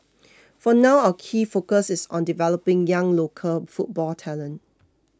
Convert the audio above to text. for now our key focus is on developing young local football talent